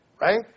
Right